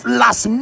last